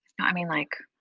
no, i mean like,